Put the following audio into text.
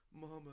Mama